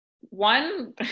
One